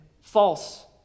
false